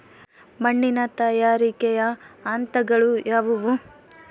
ಮಣ್ಣಿನ ತಯಾರಿಕೆಯ ಹಂತಗಳು ಯಾವುವು?